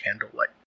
candlelight